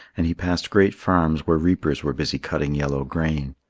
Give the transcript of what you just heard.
and he passed great farms where reapers were busy cutting yellow grain.